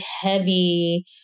heavy